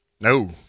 No